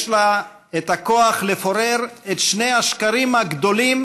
יש לה הכוח לפורר את שני השקרים הגדולים